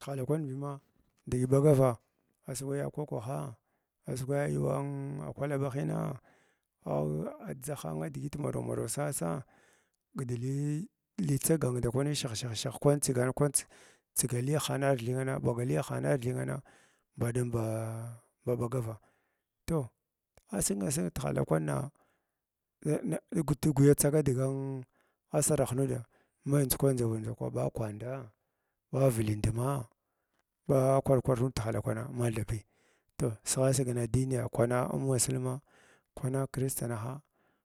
Tihala kwan bim diʒi ɓagava adagwa ya kokahaa asagwa yuwa kwalabahing ah a adʒaha digit maraw maraw sa sag gid li lifsa gang ndakwan shahshaha kwan tsigan kwan tsigilyahan ar thyənan ɓaga hiyahan arthyənang ɓaɗum ba ah ɓagavs toh asirga sirg tihala kwana uh na ud wa tsaga diga in sarah nuuda mai ndʒukwandʒa wurni ɓa kwandaa ɓa vlindumas ɓa kwar kwar nud tihala jwana mathabiya toh sigha sig naddini kwana a masulma kwana kvitangh